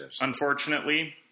unfortunately